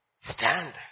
Stand